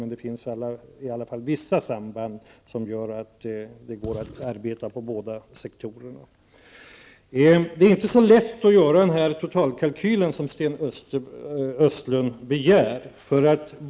Men det finns vissa samband som gör att det går att arbeta inom båda sektorerna. Det är inte så lätt att göra den totalkalkyl som Sten Östlund begär.